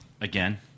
again